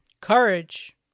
courage